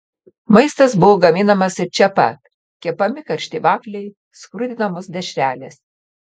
maistas buvo gaminamas ir čia pat kepami karšti vafliai skrudinamos dešrelės